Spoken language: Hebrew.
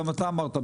גם אתה אמרת,